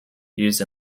used